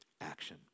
action